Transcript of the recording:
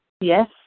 Yes